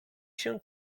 się